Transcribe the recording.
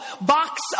box